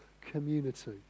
community